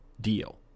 deal